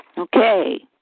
Okay